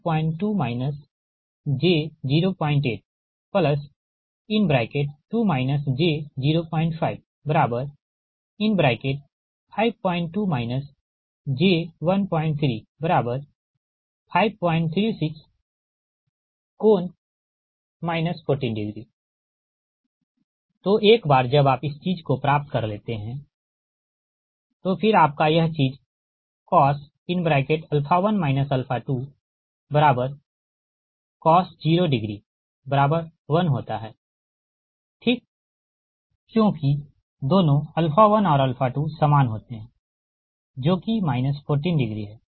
तो Ig2I2I432 j082 j0552 j13536∠ 14 तो एक बार जब आप इस चीज को प्राप्त कर लेते है तो फिर आपका यह चीज cos 1 2cos 0 10 होता है ठीक क्योंकि दोनों 1 और 2 सामान होते है जो कि 14 है